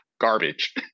garbage